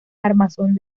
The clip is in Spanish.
armazón